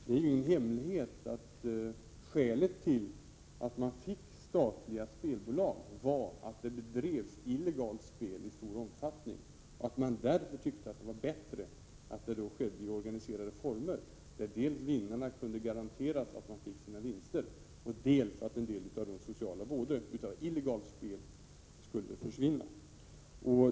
Det är ju ingen hemlighet att skälet till att vi fick statliga spelbolag var att det i stor omfattning bedrevs illegalt spel. Därför tyckte man att det var bättre att spelet skedde i organiserade former. På detta sätt kunde vinnarna garantera sina vinster, och en del av de sociala vådorna av illegalt spel kunde Prot. 1987/88:125 försvinna.